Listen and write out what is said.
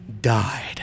died